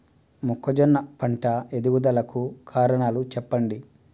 మొక్కజొన్న పంట ఎదుగుదల కు కారణాలు చెప్పండి?